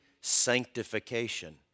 sanctification